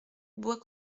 bois